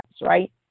right